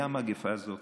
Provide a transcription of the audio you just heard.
הגיעה המגפה הזאת,